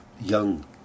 young